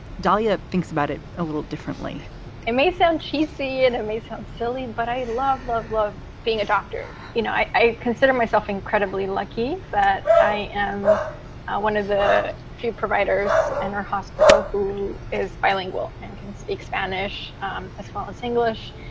dalia thinks about it a little differently it may sound cheesy and it and may sound silly, and but i love, love, love being a doctor. you know, i i consider myself incredibly lucky that i am one of the few providers in her hospital who is bilingual and can speak spanish um as well as english